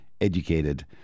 educated